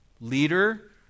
leader